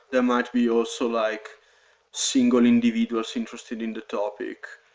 there might be also like single individuals interested in the topic.